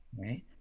Right